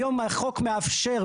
היום החוק מאפשר.